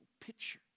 picture